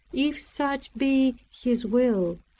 if such be his will.